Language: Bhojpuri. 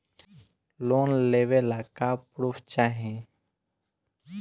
लोन लेवे ला का पुर्फ चाही?